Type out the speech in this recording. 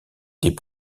des